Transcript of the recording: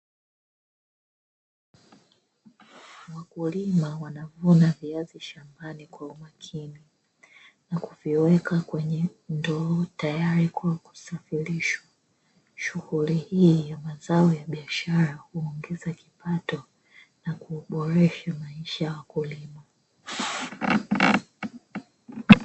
Wakulima wanavuna viazi shambani kwa umakini na kuviweka kwenye ndoo tayari kwa kusafirishwa, shughuli hii ya mazao ya biashara huongeza kipato na kuboresha maisha ya wakulima.